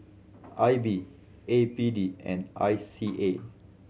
I B A P D and I C A